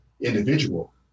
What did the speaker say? individual